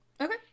okay